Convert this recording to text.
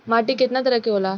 माटी केतना तरह के होला?